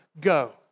go